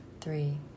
three